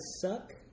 suck